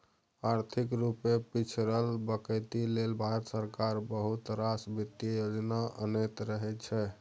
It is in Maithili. आर्थिक रुपे पिछरल बेकती लेल भारत सरकार बहुत रास बित्तीय योजना अनैत रहै छै